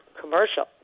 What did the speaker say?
commercial